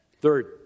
Third